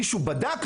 מישהו בדק?